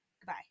goodbye